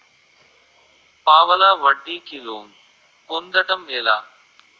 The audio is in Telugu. పావలా వడ్డీ కి లోన్ పొందటం ఎలా?